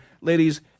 ladies